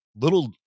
little